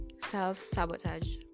self-sabotage